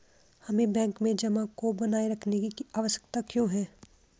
हमें बैंक में जमा को बनाए रखने की आवश्यकता क्यों है?